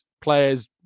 players